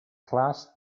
class